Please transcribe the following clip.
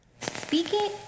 speaking